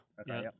Okay